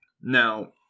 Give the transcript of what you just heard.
Now